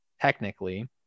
Technically